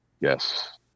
Yes